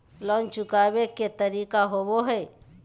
Loan चुकाबे के की तरीका होबो हइ?